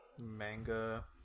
manga